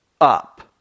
up